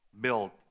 built